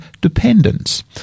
dependence